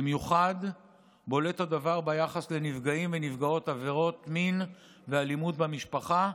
במיוחד בולט הדבר ביחס לנפגעים ולנפגעות עבירות מין ואלימות במשפחה,